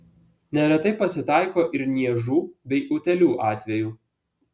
neretai pasitaiko ir niežų bei utėlių atvejų